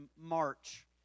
March